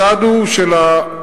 הצד הוא של הכמה,